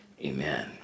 Amen